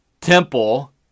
Temple